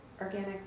organic